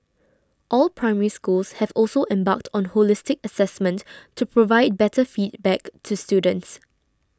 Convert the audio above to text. all Primary Schools have also embarked on holistic assessment to provide better feedback to students